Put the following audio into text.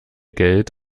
geld